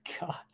God